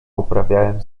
uprawiałem